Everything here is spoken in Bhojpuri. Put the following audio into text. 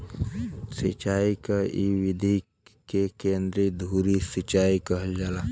सिंचाई क इ विधि के केंद्रीय धूरी सिंचाई कहल जाला